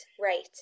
right